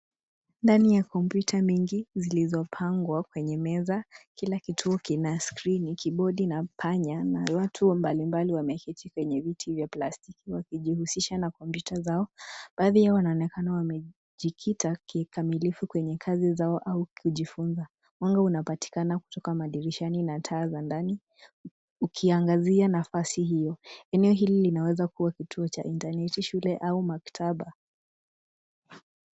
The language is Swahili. Ndani ya kompyuta mengi zilizopangwa kwenye meza kila kituo kina skrini, kibodi na panya , watu mbalimbali wameketi kwenye viti vya plastiki kujihusisha na kompyuta zao baadhi yao wanaonekana wamejikita kikamilifu kwenye kazi zao au kujifunza mwanga unapatikana kutoka dirishani na taa za ndani ukiangazia nafasi hiyo, eneo hili linaweza kuwa kituo cha internet ,shule au maktaba.